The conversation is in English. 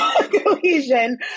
cohesion